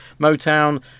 Motown